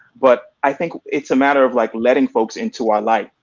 but i think it's a matter of like letting folks into our life,